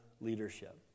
leadership